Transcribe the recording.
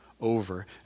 over